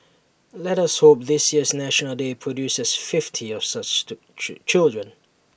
let us hope this year's National Day produces fifty of such children